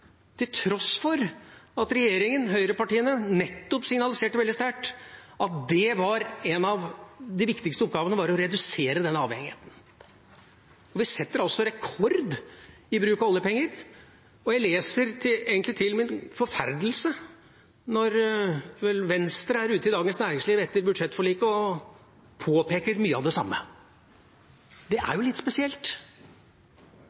til tross for at regjeringa, høyrepartiene, signaliserte veldig sterkt at en av de viktigste oppgavene var å redusere den avhengigheten. Vi setter altså rekord i bruk av oljepenger, og jeg leser – egentlig til min forferdelse – at Venstre er ute i Dagens Næringsliv etter budsjettforliket og påpeker mye av det samme. Det er